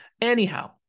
Anyhow